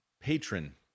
patron